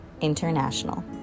International